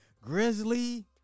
grizzly